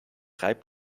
reibt